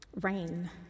Rain